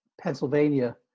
pennsylvania